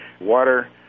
water